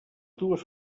dues